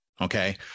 Okay